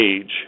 age